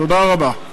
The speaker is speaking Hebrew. תודה רבה.